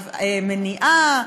מניעה,